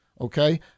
okay